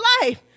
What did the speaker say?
life